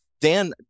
Dan